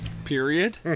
Period